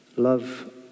Love